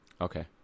Okay